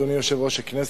אדוני יושב-ראש הכנסת,